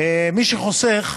מי שחוסך והולך,